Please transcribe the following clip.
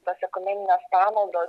tos ekumeninės pamaldos